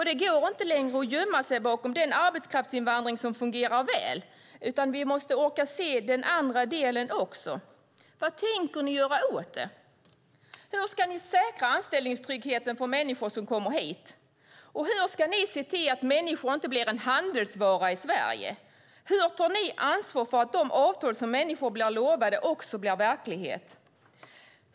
Det går inte längre att gömma sig bakom den arbetskraftsinvandring som fungerar väl, utan vi måste orka se den andra delen också. Vad tänker ni göra åt det? Hur ska ni säkra anställningstryggheten för människor som kommer hit? Och hur ska ni se till att människor inte blir en handelsvara i Sverige? Hur tar ni ansvar för att de avtal som människor blir lovade också blir verklighet?